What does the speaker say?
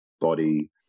body